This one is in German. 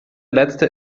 letzte